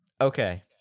Okay